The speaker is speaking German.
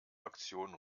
aktion